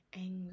anger